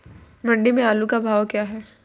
मंडी में आलू का भाव क्या है?